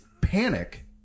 panic